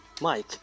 Mike